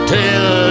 till